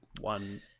one